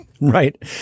Right